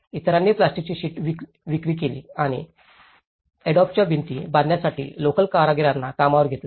इतरांनी प्लास्टिकची शीट्स विक्री केली आणि अॅडोबच्या भिंती बांधण्यासाठी लोकल कारागीरांना कामावर घेतले